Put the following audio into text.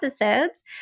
episodes